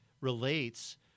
relates